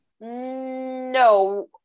No